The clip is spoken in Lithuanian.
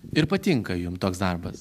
ir patinka jum toks darbas